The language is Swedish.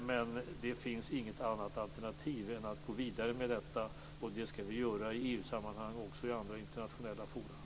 Men det finns inget annat alternativ än att gå vidare med detta. Det skall vi göra i EU-sammanhang och även i andra internationella forum.